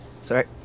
sorry